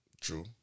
True